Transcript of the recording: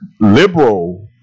Liberal